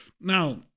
Now